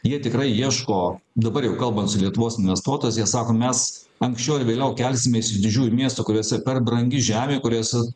jie tikrai ieško dabar jau kalba su lietuvos investuotojais jie sako mes anksčiau ar vėliau kelsimės iš didžiųjų miestų kuriuose per brangi žemė kurias